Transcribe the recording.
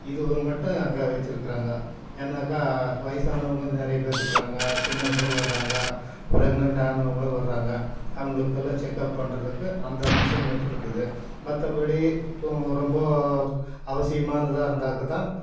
இது மட்டும் அங்கே வச்சுருக்குறாங்க ஏன்னாக்கா வயசானவங்க நிறைய பேர் இருக்குறாங்க சின்னவங்களும் வர்றாங்க பிரெக்னன்ட் ஆனவங்களும் வர்றாங்க அவுங்களுக்கெல்லாம் செக்கப் பண்ணுறதுக்கு அந்த மிஷின் மட்டும் இருக்குது மற்றபடி இப்போது ரொம்ப அவசியமானதாக இருந்தாக்கா தான்